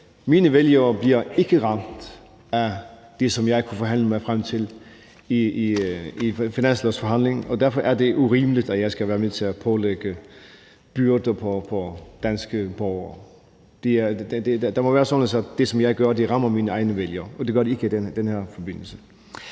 Mine vælgere bliver ikke ramt af det, som jeg kunne forhandle mig frem til i finanslovsforhandlingerne, og derfor er det urimeligt, at jeg skal være med til at pålægge danske borgere byrder. Det må være sådan, at det, som jeg gør, rammer mine egne vælgere, og det gør det ikke i den her forbindelse.